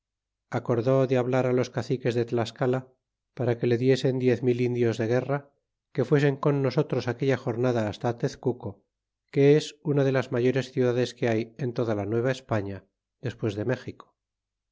acordó de hablar los caciques de tlascala para que lo diesen diez mil indios de guerra que fuesen con nosotros aquella jornada hasta tezcuco que es una de las mayores ciudades que hay en toda la nueva españa despues de méxico